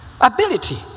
ability